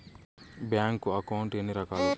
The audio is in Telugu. బ్యాంకు అకౌంట్ ఎన్ని రకాలు